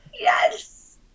yes